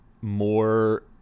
more